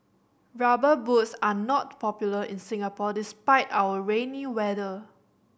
Rubber Boots are not popular in Singapore despite our rainy weather